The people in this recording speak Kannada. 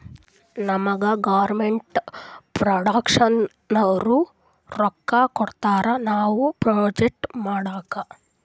ನಮುಗಾ ಗೌರ್ಮೇಂಟ್ ಫೌಂಡೇಶನ್ನವ್ರು ನಮ್ಗ್ ರೊಕ್ಕಾ ಕೊಡ್ತಾರ ನಾವ್ ಪ್ರೊಜೆಕ್ಟ್ ಮಾಡ್ಲಕ್